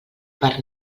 per